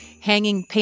hanging